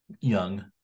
Young